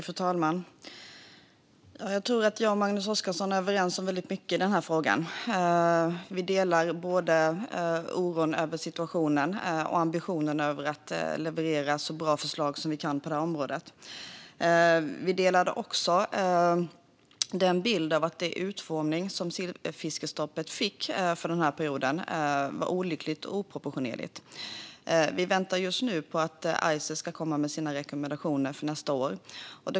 Fru talman! Jag tror att Magnus Oscarsson och jag är överens om mycket i frågan. Vi delar båda oron över situationen och ambitionen att leverera så bra förslag som möjligt på området. Vi delar också bilden av att den utformning som sillfiskestoppet fick för perioden var olycklig och oproportionerlig. Vi väntar just nu på att Ices ska komma med sina rekommendationer för nästa år.